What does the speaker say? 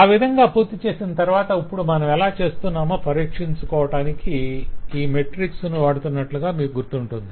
ఆ విధంగా పూర్తిచేసిన తరవాత ఇప్పుడు మనమెలా చేస్తున్నామో పరీక్షించుకోవటానికి ఈ మెట్రిక్స్ ను వాడుతున్నట్లు మీకు గుర్తుంటుంది